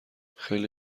خیلی